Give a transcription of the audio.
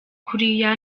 kuriya